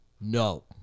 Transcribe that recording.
No